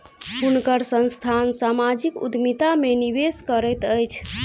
हुनकर संस्थान सामाजिक उद्यमिता में निवेश करैत अछि